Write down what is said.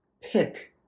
pick